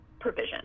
provision